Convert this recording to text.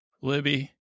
Libby